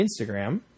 Instagram